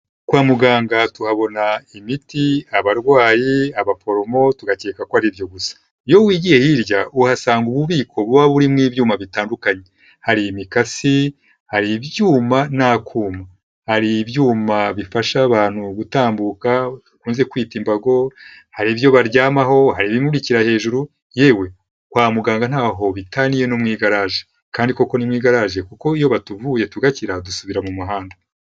Kwa muganga tuhabona imiti, abarwayi, abaforomo, tugakeka ko ari ibyo gusa. Iyo wigiye hirya, uhasanga ububiko buba burimo ibyuma bitandukanye. Hari imikasi, hari ibyuma n'akuma. Hari ibyuma bifasha abantu gutambuka bakunze kwita imbago, hari ibyo baryamaho, hari ibimurikira hejuru; yewe, kwa muganga ntaho bitaniye no mu igaraje. Kandi koko ni mu igaraje; kuko iyo batuvuye tugakira, dusubira mu muhanda.